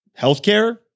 healthcare